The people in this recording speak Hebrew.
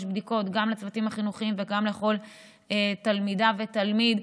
בדיקות גם לצוותים החינוכיים וגם לכל תלמידה ותלמיד,